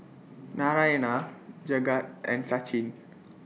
Narayana Jagat and Sachin